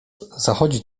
zachodzi